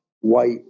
white